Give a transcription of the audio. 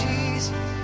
Jesus